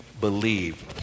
believe